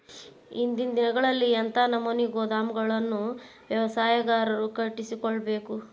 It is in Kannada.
ಇಂದಿನ ದಿನಗಳಲ್ಲಿ ಎಂಥ ನಮೂನೆ ಗೋದಾಮುಗಳನ್ನು ವ್ಯವಸಾಯಗಾರರು ಕಟ್ಟಿಸಿಕೊಳ್ಳಬೇಕು?